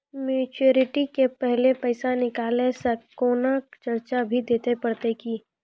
Maturity के पहले पैसा निकालै से कोनो चार्ज भी देत परतै की?